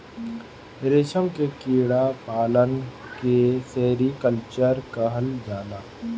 रेशम के कीड़ा पालन के सेरीकल्चर कहल जाला